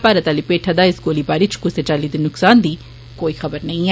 भारत आह्ली भेठा दा इस गोलीबारी च कुसै चाल्ली दे नुकसान दी कोई खबर नेई ऐ